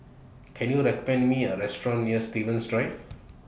Can YOU recommend Me A Restaurant near Stevens Drive